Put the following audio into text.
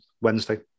Wednesday